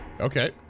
Okay